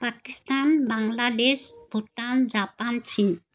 Pakistan Bangladesh Bhutan Japan চীন